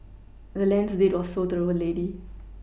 the land's deed was sold to the old lady